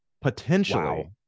potentially